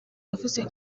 yavuze